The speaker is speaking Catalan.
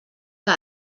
que